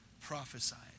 prophesied